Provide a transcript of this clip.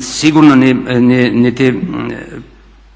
sigurno niti